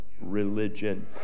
religion